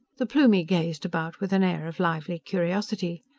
the plumie gazed about with an air of lively curiosity.